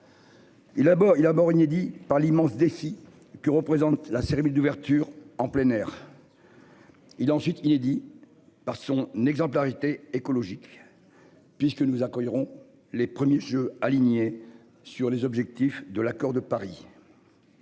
il mort inédit par l'immense défi que représente la Serbie d'ouverture en plein air. Il a ensuite inédit. Par son exemplarité écologique. Puisque nous accueillerons les premiers jeux alignée sur les objectifs de l'Accord de Paris.